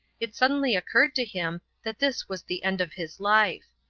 it suddenly occurred to him that this was the end of his life.